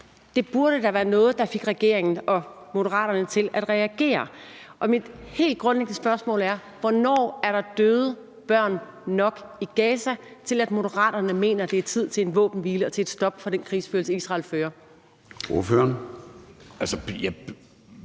Det burde da være noget, der fik regeringen og Moderaterne til at reagere, og mit helt grundlæggende spørgsmål er: Hvornår er der døde børn nok i Gaza til, at Moderaterne mener, at det er tid til en våbenhvile og til et stop for den krigsførelse, som Israel udøver? Kl.